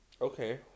Okay